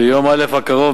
ביום א' הקרוב,